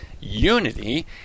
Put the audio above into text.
unity